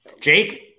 Jake